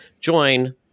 join